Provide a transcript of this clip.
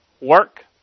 work